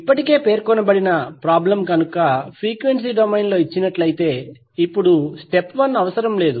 ఇప్పటికే పేర్కొనబడిన ప్రాబ్లం కనుక ఫ్రీక్వెన్సీ డొమైన్లో ఇచ్చినట్లైతే ఇప్పుడు స్టెప్ 1 అవసరం లేదు